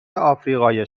آفریقای